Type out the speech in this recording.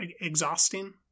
exhausting